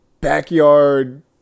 Backyard